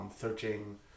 searching